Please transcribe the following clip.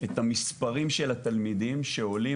את המספרים של התלמידים שעולים,